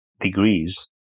degrees